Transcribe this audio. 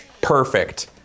perfect